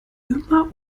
immer